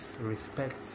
Respect